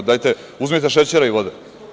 Dajte, uzmite šećera i vode.